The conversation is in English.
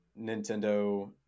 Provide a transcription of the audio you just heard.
nintendo